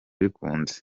bikunze